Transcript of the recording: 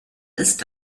ist